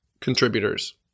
contributors